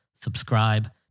subscribe